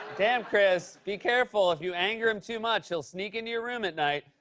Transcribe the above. damn, chris. be careful. if you anger him too much, he'll sneak into your room at night,